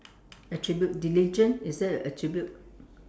attribute diligent is that an attribute